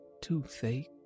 toothache